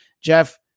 jeff